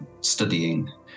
studying